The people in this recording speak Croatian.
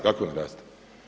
Kako ne raste?